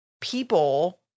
people